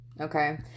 okay